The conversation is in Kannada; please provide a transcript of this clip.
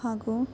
ಹಾಗೂ